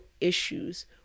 issues